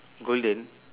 golden